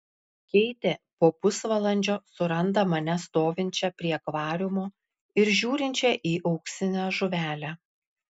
keitė po pusvalandžio suranda mane stovinčią prie akvariumo ir žiūrinčią į auksinę žuvelę